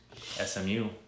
SMU